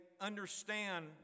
understand